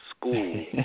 school